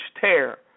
tear